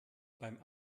beim